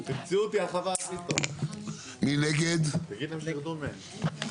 הצבעה בעד, 6 נגד, 7 נמנעים,